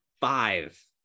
five